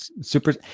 super